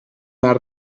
más